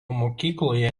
mokykloje